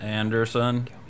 Anderson